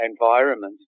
environment